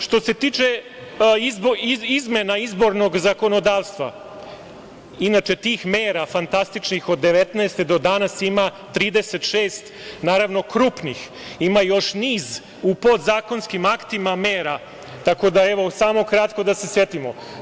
Što se tiče izmena izbornog zakonodavstva, inače tih mera fantastičnih od 1919. do danas ima 36 krupnih, ima još niz u podzakonskim aktima mera, tako da evo samo kratko da se setimo.